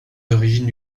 origines